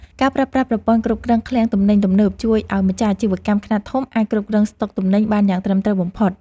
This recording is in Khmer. ការប្រើប្រាស់ប្រព័ន្ធគ្រប់គ្រងឃ្លាំងទំនិញទំនើបជួយឱ្យម្ចាស់អាជីវកម្មខ្នាតធំអាចគ្រប់គ្រងស្តុកទំនិញបានយ៉ាងត្រឹមត្រូវបំផុត។